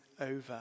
over